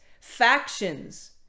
factions